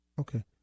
Okay